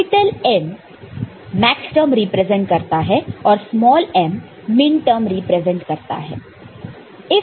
capital M maxterm represent करता है और स्मॉल m मिनटर्म रिप्रेजेंट करता है